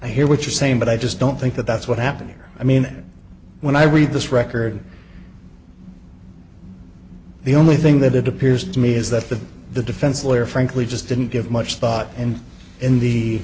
i hear what you're saying but i just don't think that that's what happened here i mean when i read this record the only thing that it appears to me is that the the defense lawyer frankly just didn't give much thought and in the